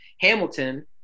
hamilton